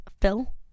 Phil